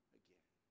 again